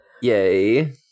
Yay